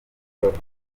bavuga